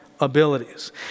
abilities